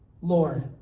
Lord